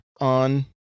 on